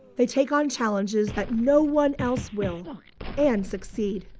they take on challenges that no one else will and succeed.